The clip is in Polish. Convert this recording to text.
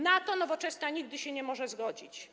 Na to Nowoczesna nigdy się nie może zgodzić.